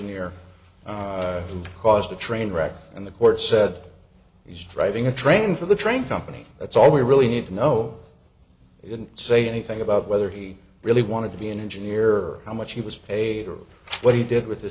engineer who caused the train wreck and the court said he's driving a train for the train company that's all we really need to know he didn't say anything about whether he really wanted to be an engineer or how much he was paid or what he did with the